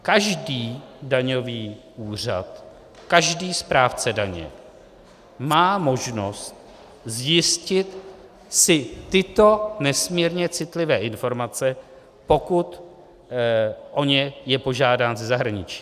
Každý daňový úřad, každý správce daně má možnost zjistit si tyto nesmírně citlivé informace, pokud o ně je požádán ze zahraničí.